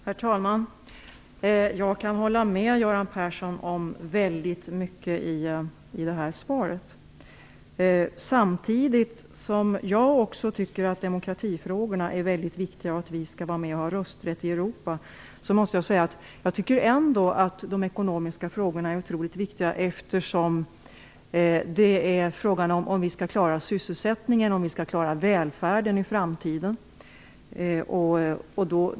Herr talman! Jag kan hålla med om väldigt mycket av det som sägs i Göran Perssons svar. Samtidigt som jag också tycker att demokratifrågorna är väldigt viktiga och att vi skall vara med och ha rösträtt i Europa måste jag säga att jag tycker att de ekonomiska frågorna är otroligt viktiga. Det är ju fråga om huruvida vi skall klara sysselsättningen och välfärden i framtiden.